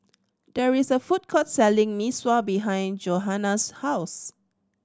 there is a food court selling Mee Sua behind Johana's house